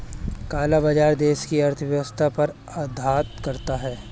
काला बाजार देश की अर्थव्यवस्था पर आघात करता है